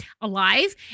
alive